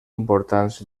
importants